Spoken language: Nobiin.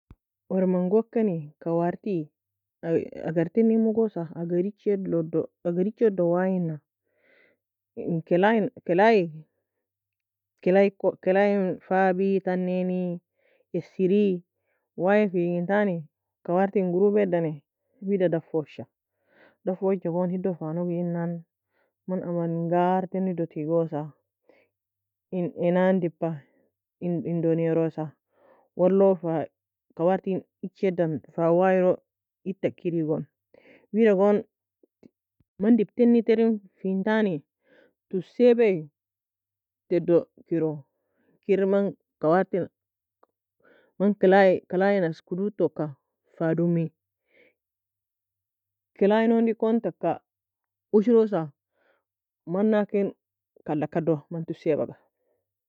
Ormangokani kawarti ai agar teni mogosa, agar echeldou agar echedou waiyna, in kelay kelay kelay kelay fabi, tanin, esiri, waiyafejintani, kawartin gourpeadani, wida dafosha, daffja gon hido fa nougeinan, man aman gar tenido tigosa, in enaan dibba indo naerosa, walo fa kawarty echidan fa waiyro edi takirigon, wida gon man dibb teni terin fintani tusaibea tedo kiro, kir man kawartin, man kelay kelay nas kudud toka fa domi, kelayen undiyikon taka ushrosa mannaken kala kado man tusaibaga.